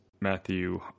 Matthew